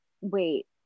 Wait